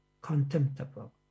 contemptible